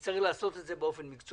ולכן צריך לעשות את זה באופן מקצועי.